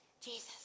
Jesus